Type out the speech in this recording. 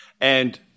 And-